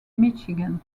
michigan